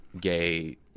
Gay